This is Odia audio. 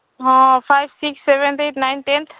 ହଁ five six seven eight nine tenth